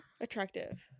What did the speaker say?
Attractive